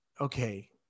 okay